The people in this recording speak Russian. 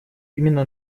именно